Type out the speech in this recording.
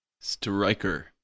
Striker